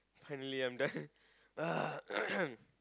finally I'm done ah